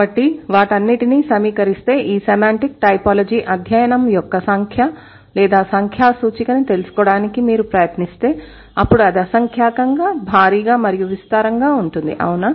కాబట్టి వాటన్నిటినీ సమీకరిస్తే ఈ సెమాంటిక్ టైపోలాజీ అధ్యయనం యొక్క సంఖ్య లేదా సంఖ్యా సూచికను తెలుసుకోవడానికి మీరు ప్రయత్నిస్తే అప్పుడు అది అసంఖ్యాకంగా భారీగా మరియు విస్తారంగా ఉంటుందిఅవునా